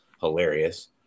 hilarious